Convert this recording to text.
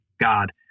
God